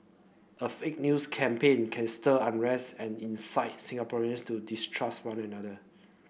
a fake news campaign can stir unrest and incite Singaporeans to distrust one another